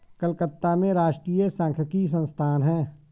कलकत्ता में राष्ट्रीय सांख्यिकी संस्थान है